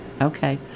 Okay